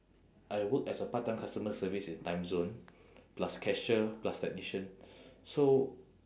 I work as a part-time customer service in timezone plus cashier plus technician so